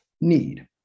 Need